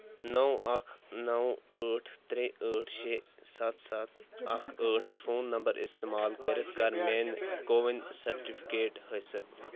نو اَکھ نو ٲٹھ ترٛےٚ ٲٹھ شےٚ سَتھ سَتھ اکھ ٲٹھ فون نمبر استعمال کٔرِتھ کر میٲنۍ کووِن سرٹِفکیٹ حٲصِل